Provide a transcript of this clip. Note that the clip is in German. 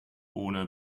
ohne